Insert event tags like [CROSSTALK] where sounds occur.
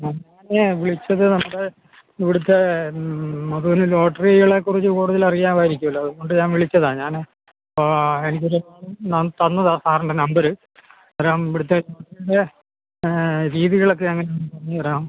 ഞാൻ വിളിച്ചത് നമ്മുടെ ഇവിടുത്തെ മധൂന് ലോട്ടറികളെ കുറിച്ച് കൂടുതലറിയാമായിരിക്കുമല്ലോ അതുകൊണ്ട് ഞാൻ വിളിച്ചതാണ് ഞാൻ ആ എനിക്കൊരു ആൾ ന തന്നതാണ് സാറിൻ്റെ നമ്പര് [UNINTELLIGIBLE] ഇവിടുത്തെ ലോട്ടറീടെ രീതികളൊക്കെ എങ്ങനാന്നൊന്ന് പറഞ്ഞു തരാവോ